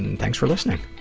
and thanks for listening.